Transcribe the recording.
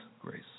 grace